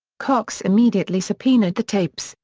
cox immediately subpoenaed the tapes,